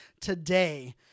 today